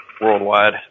worldwide